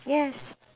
yes